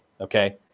okay